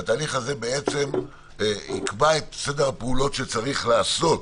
שהתהליך הזה בעצם יקבע את סדר הפעולות שצריך לעשות,